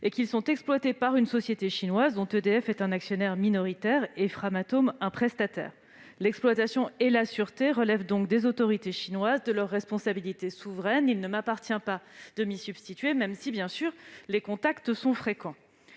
et qu'ils sont exploités par une société chinoise, dont EDF est un actionnaire minoritaire et Framatome un prestataire. L'exploitation et la sûreté relèvent donc des autorités chinoises et de leur responsabilité souveraine. Il ne m'appartient pas de m'y substituer, même si, bien sûr, nos contacts sont fréquents.